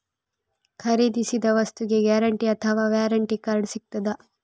ಖರೀದಿಸಿದ ವಸ್ತುಗೆ ಗ್ಯಾರಂಟಿ ಅಥವಾ ವ್ಯಾರಂಟಿ ಕಾರ್ಡ್ ಸಿಕ್ತಾದ?